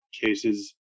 cases